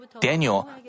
Daniel